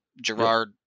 Gerard